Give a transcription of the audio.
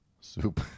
soup